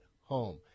home